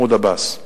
מחמוד עבאס,